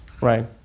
right